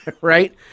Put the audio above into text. right